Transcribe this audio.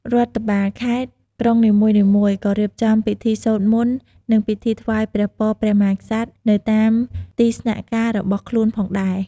រដ្ឋបាលខេត្ត-ក្រុងនីមួយៗ ក៏រៀបចំពិធីសូត្រមន្ត និងពិធីថ្វាយព្រះពរព្រះមហាក្សត្រ នៅតាមទីស្នាក់ការរបស់ខ្លួនផងដែរ។